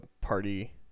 party